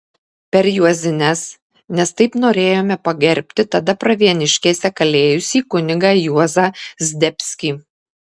per juozines nes taip norėjome pagerbti tada pravieniškėse kalėjusi kunigą juozą zdebskį